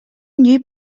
new